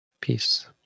peace